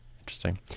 Interesting